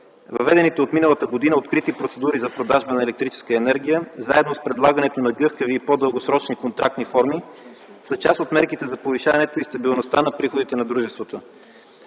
Въведените от миналата година открити процедури за продажба на електрическа енергия заедно с предлагането на гъвкави и по дългосрочни контрактни форми са част от мерките за повишаването и стабилността на приходите на дружеството.